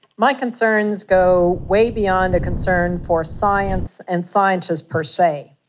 my concerns go way beyond a concern for science and scientists per se.